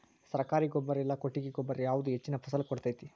ಸರ್ಕಾರಿ ಗೊಬ್ಬರ ಇಲ್ಲಾ ಕೊಟ್ಟಿಗೆ ಗೊಬ್ಬರ ಯಾವುದು ಹೆಚ್ಚಿನ ಫಸಲ್ ಕೊಡತೈತಿ?